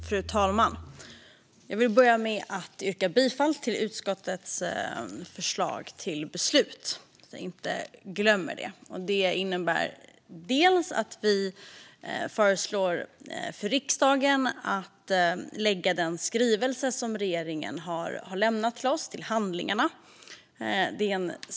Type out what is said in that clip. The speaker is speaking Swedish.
Fru talman! Jag vill börja med att yrka bifall till utskottets förslag till beslut. Det innebär att vi föreslår för riksdagen att lägga den skrivelse som regeringen har lämnat till oss till handlingarna.